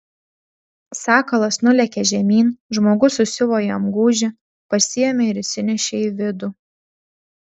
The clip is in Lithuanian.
sakalas nulėkė žemyn žmogus susiuvo jam gūžį pasiėmė ir įsinešė į vidų